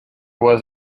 was